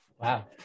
Wow